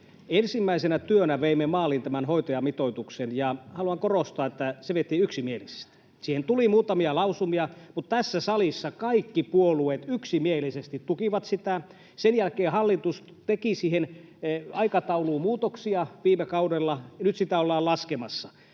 ensimmäisenä työnä veimme maaliin tämän hoitajamitoituksen, ja haluan korostaa, että se vietiin yksimielisesti. Siihen tuli muutamia lausumia, mutta tässä salissa kaikki puolueet yksimielisesti tukivat sitä. Sen jälkeen hallitus teki siihen aikatauluun muutoksia viime kaudella. Nyt sitä ollaan laskemassa.